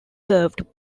served